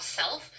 self